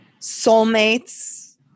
soulmates